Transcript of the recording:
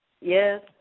yes